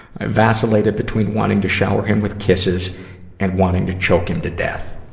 i vacillated between wanting to shower him with kisses and wanting to choke him to death.